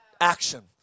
action